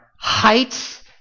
heights